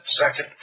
second